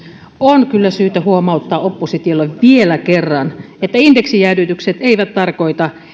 on kyllä syytä huomauttaa oppositiolle vielä kerran että indeksijäädytykset eivät tarkoita